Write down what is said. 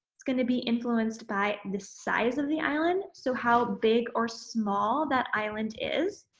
it's going to be influenced by the size of the island so how big or small that island is,